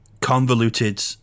convoluted